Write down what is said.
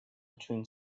between